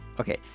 Okay